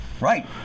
right